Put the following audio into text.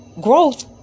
growth